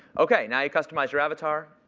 ok, now you customize your avatar.